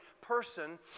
person